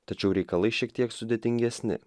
tačiau reikalai šiek tiek sudėtingesni